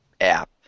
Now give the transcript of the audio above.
app